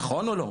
נכון או לא,